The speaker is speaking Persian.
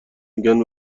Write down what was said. میگن